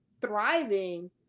thriving